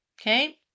Okay